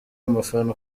umufana